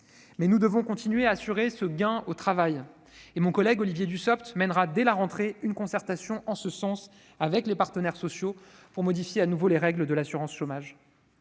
cependant continuer à assurer ce gain au travail ; Olivier Dussopt mènera dès la rentrée prochaine une concertation en ce sens avec les partenaires sociaux pour modifier de nouveau les règles de l'assurance chômage.